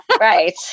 Right